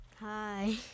Hi